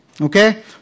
Okay